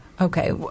Okay